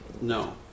No